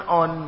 on